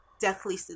deathly